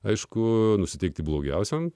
aišku nusiteikti blogiausiam